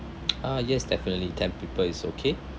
ah yes definitely ten people is okay